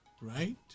right